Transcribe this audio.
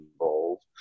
involved